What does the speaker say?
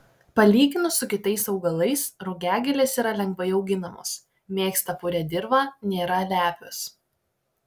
palyginus su kitais augalais rugiagėlės yra lengvai auginamos mėgsta purią dirvą nėra lepios